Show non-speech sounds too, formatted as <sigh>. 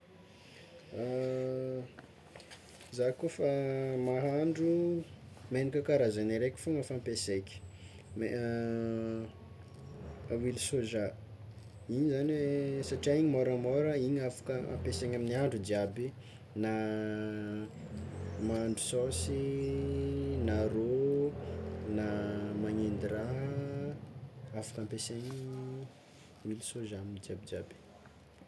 <hesitation> Zah kôfa mahandro, menaka karazany araiky fôgna fampiasaiko, huile soja igny zagny hoe satria igny môramôra igny afaka ampiasaina amin'ny andro jiaby, na mahandro saosy na rô na magnendy raha afaka ampiasainy huile soja amin'ny jiabijiaby.